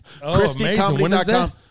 ChristyComedy.com